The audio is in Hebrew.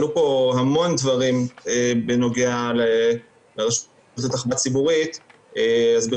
עלו פה המון דברים בנוגע לרשות לתחבורה ציבורית אז,